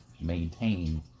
maintain